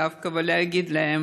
דווקא, ולהגיד להם: